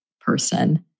person